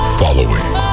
following